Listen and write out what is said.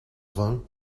vingt